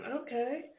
okay